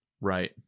right